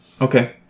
Okay